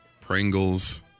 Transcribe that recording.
Pringles